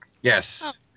Yes